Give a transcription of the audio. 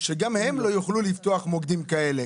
שגם הם לא יוכלו לפתוח מוקדים כאלה.